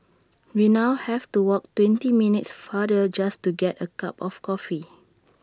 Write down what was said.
we now have to walk twenty minutes farther just to get A cup of coffee